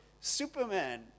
Superman